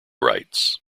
rights